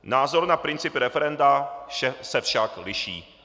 Názor na princip referenda se však liší.